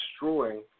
destroying